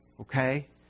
okay